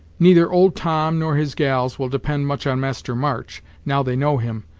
neither old tom nor his gals, will depend much on master march, now they know him,